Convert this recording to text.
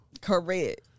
Correct